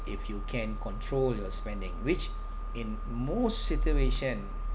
if you can control your spending which in most situation